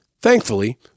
Thankfully